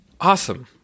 awesome